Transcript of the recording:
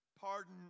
pardon